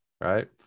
right